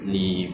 (uh huh)